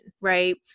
right